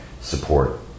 support